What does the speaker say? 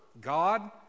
God